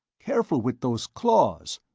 careful with those claws.